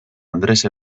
andres